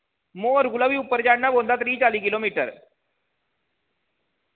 मौह्र कोला बी उप्पर चढ़ना पौंदा त्रीह् चाली किलोमीटर